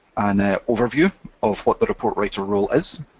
an overview of what the report writer role is